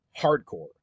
Hardcore